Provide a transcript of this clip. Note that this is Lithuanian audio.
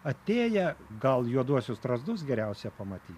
atėję gal juoduosius strazdus geriausia pamatyt